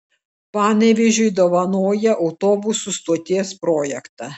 panevėžiui dovanoja autobusų stoties projektą